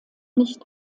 nicht